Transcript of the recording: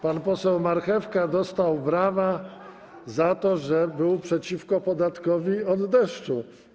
Pan poseł Marchewka dostał brawa za to, że był przeciwko podatkowi od deszczu.